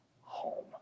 home